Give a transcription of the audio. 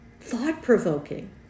thought-provoking